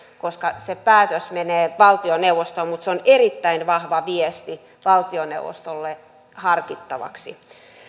koska se päätös menee valtioneuvostoon mutta se on erittäin vahva viesti valtioneuvostolle harkittavaksi